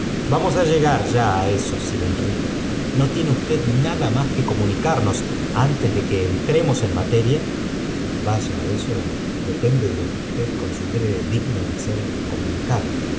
vamos á llegar ya á eso sir enrique no tiene usted nada más que comunicarnos antes de íjue entremos en materia é lyayal eso depende de lo que usted considere digno de ser comunicado